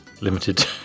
limited